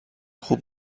خوب